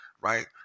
right